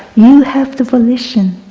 you have the volition